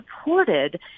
supported